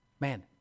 Man